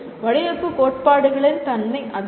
வடிவமைப்பு கோட்பாடுகளின் தன்மை அதுதான்